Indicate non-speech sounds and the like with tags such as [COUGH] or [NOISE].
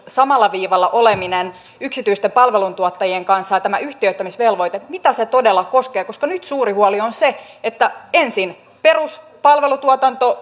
samalla viivalla oleminen yksityisten palveluntuottajien kanssa ja tämä yhtiöittämisvelvoite todella koskee koska nyt suuri huoli on se että ensin peruspalvelutuotanto [UNINTELLIGIBLE]